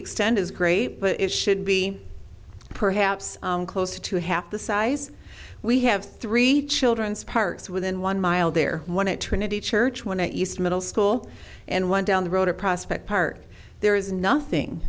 extend is great but it should be perhaps close to half the size we have three children sparks within one mile there one eternity church one a east middle school and one down the road or prospect park there is nothing